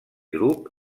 grup